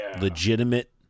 legitimate